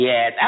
Yes